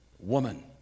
Woman